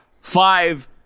five